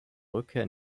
rückkehr